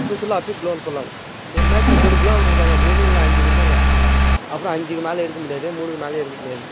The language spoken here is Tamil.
அப்போ சுடலாம் அப்பவும் க்ளோவ் வால் போடலாம் ஒரு மேட்ச்சுக்கு மூணு க்ளோவ் வால் கொடுப்பாங்க மூணு இல்லைன்னா அஞ்சு கொடுப்பாங்க அப்புறம் அஞ்சுக்கி மேலே எடுக்க முடியாது மூணுக்கு மேலேயும் எடுக்க முடியாது